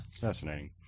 Fascinating